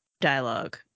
dialogue